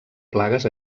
plagues